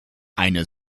eine